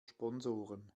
sponsoren